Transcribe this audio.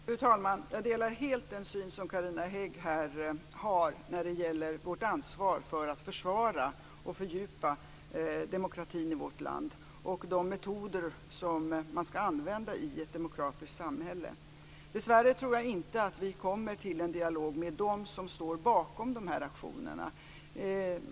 Fru talman! Jag delar helt den syn som Carina Hägg här för fram när det gäller vårt ansvar för att försvara och fördjupa demokratin i vårt land och de metoder som man skall använda i ett demokratiskt samhälle. Dessvärre tror jag inte att vi kommer till en dialog med dem som står bakom de här aktionerna.